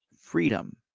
freedom